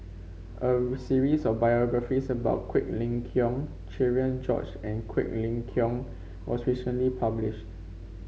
a series of biographies about Quek Ling Kiong Cherian George and Quek Ling Kiong was recently published